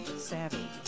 Savvy